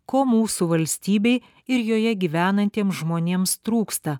ko mūsų valstybei ir joje gyvenantiem žmonėms trūksta